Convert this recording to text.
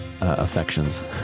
affections